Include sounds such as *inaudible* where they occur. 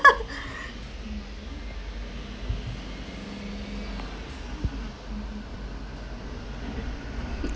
*laughs*